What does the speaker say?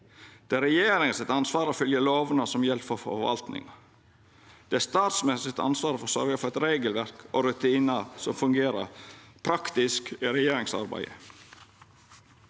Det er regjeringa sitt ansvar å følgja lovene som gjeld for forvaltninga. Det er statsministeren sitt ansvar å sørgja for regelverk og rutinar som fungerer praktisk i regjeringsarbeidet.